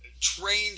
trained